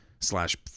slash